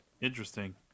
Interesting